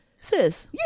Sis